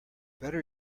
better